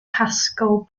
haskell